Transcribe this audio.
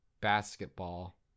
basketball